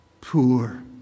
poor